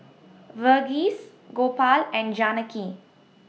Verghese Gopal and Janaki